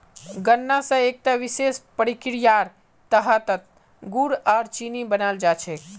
गन्ना स एकता विशेष प्रक्रियार तहतत गुड़ आर चीनी बनाल जा छेक